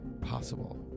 possible